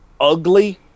ugly